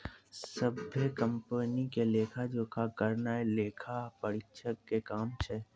सभ्भे कंपनी के लेखा जोखा करनाय लेखा परीक्षक के काम छै